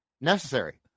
necessary